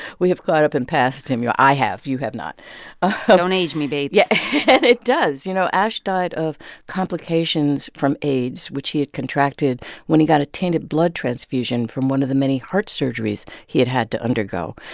we have caught up and passed him yeah i have. you have not don't age me, bates yeah and it does. you know, ashe died of complications from aids, which he had contracted when he got a tainted blood transfusion from one of the many heart surgeries he had had to undergo.